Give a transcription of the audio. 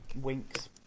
Winks